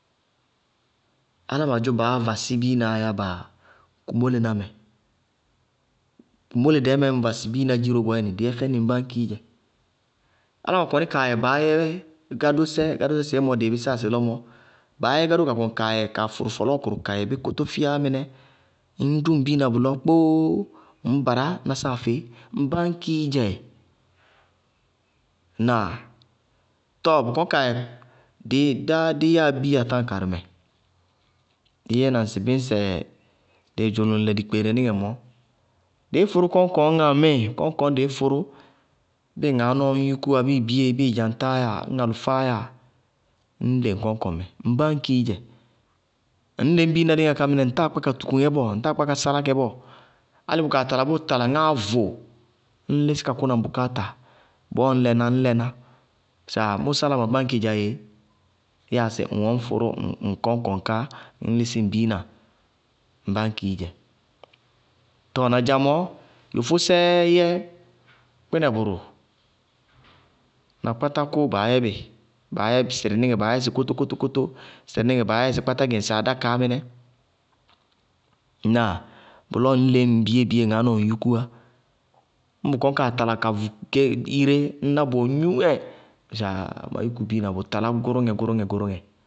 Álámɩná dzʋ baá vasí biinaá yá ba kumólená mɛ. Kumóle dɛɛ mɛɛ ññ vasɩ ŋ biina dziró, bɔɔyɛnɩ dɩ yɛ fɛnɩ baáñkii dzɛ, álámɩná kɔní kaa yɛ baá yɛ gádósɛ, gádósɛ dedzémɔ dɩɩ bísáyá sɩlɔ mɔ, baá yɛ gádó ka kɔnɩ kaa yɛ fɔlɔɔkʋrʋ ka fʋrʋ bí kótófíyá mɩnɛ, ŋñ dʋ ŋ biina bʋlɔ kpóó, ŋñ bará na sáafɩí, ŋ báñkií dzɛ. Ŋnáa? Tɔɔ bʋ kɔní kaa yɛ dɩɩ dá dí yáa bíya táa karɩmɛ, dɩí yɛna ŋsɩ bíñsɛ lɩɩdzʋ lʋŋlɛ dikpeere níŋɛ mɔɔ, dɩí fʋrʋ kɔñkʋñŋá ŋmíɩ, kɔñkɔŋñ dɩí fʋrʋ. Bíɩ ŋaánɔɔ ñ yúkúwá, bíɩ bíɩ biyéi bíɩ dzaŋtáá yáa, ñŋ alʋfáá yáa, ññ leŋ kɔñkɔŋmɛ, ŋ báñkií dzɛ, ŋñ leñ biina léŋáa ká mɩnɛ ŋtáa kpá ka tuku ŋɛ bɔɔ, ŋtáa kpá ka sálá kɛ bɔɔ álɩ bʋ kaa tala bʋʋ tala ŋáá vʋ, ññ lísí ka kúna ŋ bʋkááta, bɔɔ ññ lɩná, ññ lɛná sɩ aaaa mʋ sála ma báñki dzá éé, yáa sɩ ŋwɛ ŋñ fʋrʋ ŋ kɔñkɔŋ ká, ŋñ lísɩ ŋ biina, ŋ báñkií dzɛ, tɔɔ nadza mɔɔ, yofósɛɛ yɛ kpínɛ bʋrʋ, na kpátákʋʋ baá yɛ bɩ sɩrɩníŋɛ baá yɛ bɩ kótókókótó, sɩrɩníŋɛ baá yɛ kpátá gɛ ŋsɩ adákaá mɩnɛ ŋnáa? Bʋlɔɔ ŋñ leñ ŋ biyéi- biyéi ŋaá nɔɔ ŋ yúkúwá, ñŋ bʋ kɔñ kaa tala ka vʋ iré ŋñná bʋwɛ gnúŋɛ, sɩ aaaa ma yúku biina bʋ talá gʋrʋŋɛ-gʋrʋŋɛ-gʋrʋŋɛ.